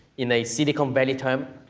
in a silicon valley term,